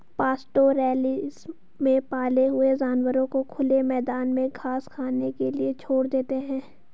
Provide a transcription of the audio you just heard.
pastoralism में पाले हुए जानवरों को खुले मैदान में घास खाने के लिए छोड़ देते है